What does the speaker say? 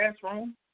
classroom